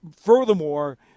furthermore